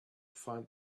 find